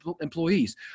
employees